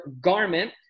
garment